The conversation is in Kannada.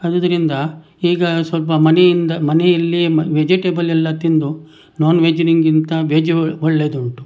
ಆದ್ದರಿಂದ ಈಗ ಸ್ವಲ್ಪ ಮನೆಯಿಂದ ಮನೆಯಲ್ಲಿ ವೆಜಿಟೇಬಲ್ ಎಲ್ಲ ತಿಂದು ನಾನ್ ವೆಜ್ನಿಂಗಿಂತ ವೆಜ್ ಒಳ್ಳೇದುಂಟು